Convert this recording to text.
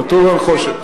כתוב נחושת.